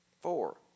four